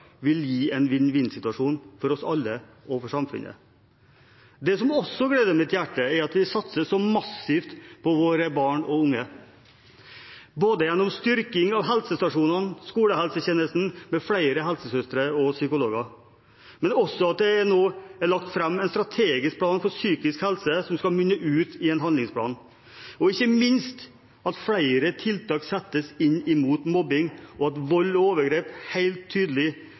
vil gi en vinn-vinn-situasjon for oss alle og for samfunnet. Det som også gleder mitt hjerte, er at vi satser så massivt på våre barn og unge gjennom styrking av helsestasjonene og skolehelsetjenesten med flere helsesøstre og psykologer, at det nå er lagt fram en strategisk plan for psykisk helse som skal munne ut i en handlingsplan, og ikke minst at flere tiltak settes inn mot mobbing, og at vold og overgrep helt tydelig